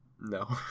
No